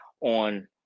on